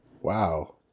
Wow